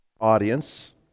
audience